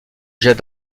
jette